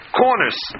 corners